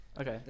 Okay